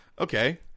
Okay